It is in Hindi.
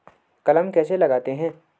कलम कैसे लगाते हैं?